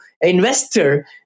investor